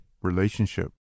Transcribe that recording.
relationship